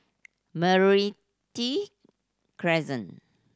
Meranti Crescent